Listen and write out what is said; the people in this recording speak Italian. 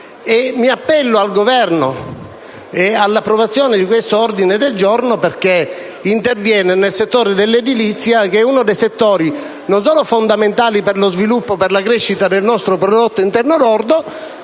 Mi appello al Governo per l'accoglimento di questo ordine del giorno, perché interviene nel settore dell'edilizia che non è solamente un comparto fondamentale per lo sviluppo e la crescita del nostro prodotto interno lordo,